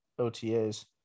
OTAs